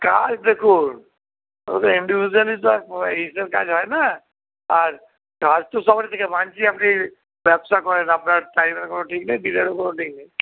কাজ দেখুন অতো ইন্ডিভিজুয়ালি তো আর এইসব কাজ হয় না আর কাজ তো সবারই থাকে মানছি আপনি ব্যবসা করেন আপনার টাইমের কোন ঠিক নেই দিনেরও কোন ঠিক নেই